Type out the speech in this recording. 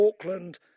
Auckland